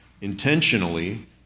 intentionally